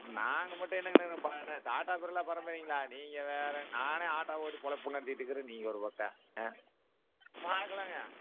நாங்கள் மட்டும் என்னன்னுங்க இப்போ என்ன டாட்டா பிர்லா பரம்பரையிங்களா நீங்கள் வேறு நானே ஆட்டோ ஓட்டி பொழைப்பு நடத்திகிட்டு இருக்கிறேன் நீங்கள் ஒரு பக்கம் ஆ பார்க்கலாங்க